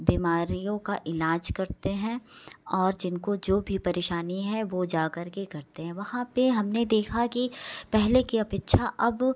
बीमारियों का इलाज करते हैं और जिनको जो भी परेशानी है वो जा करके करते हैं वहाँ पे हमने देखा की पहले के अपेक्षा अब